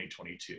2022